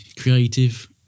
creative